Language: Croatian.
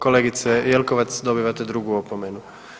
Kolegice Jelkovac dobivate drugu opomenu.